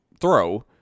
throw